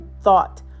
thought